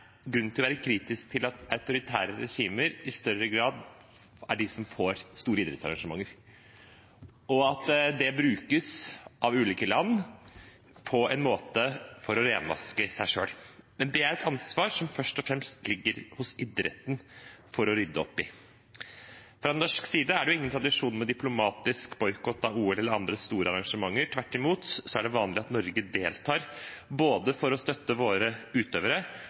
grunn til å være kritisk til at autoritære regimer i større grad er dem som får store idrettsarrangementer, og at det brukes av ulike land for på en måte å renvaske seg selv, men ansvaret for å rydde opp i det ligger først og fremst hos idretten. Fra norsk side er det ingen tradisjon for diplomatisk boikott av OL eller andre store arrangementer. Tvert imot er det vanlig at Norge deltar, både for å støtte våre utøvere